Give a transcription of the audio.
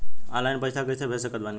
Online पैसा कैसे भेज सकत बानी?